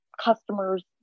customers